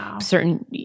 certain